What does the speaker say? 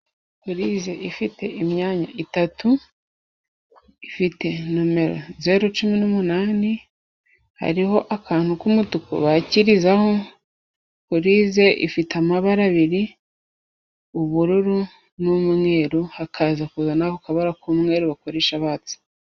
Purize ifite imya itatu ifite nomero zeru cumi n'umunani hariho akantu k'umutuku bakirizaho purize ifite amabara abiri ubururu n'umweru hakaza kuza nako kabara k'umweru bakoresha batsa.